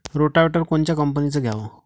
Rotavator कोनच्या कंपनीचं घ्यावं?